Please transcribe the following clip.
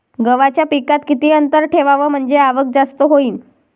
गव्हाच्या पिकात किती अंतर ठेवाव म्हनजे आवक जास्त होईन?